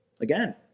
Again